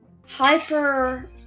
hyper